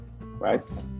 right